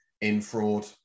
in-fraud